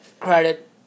credit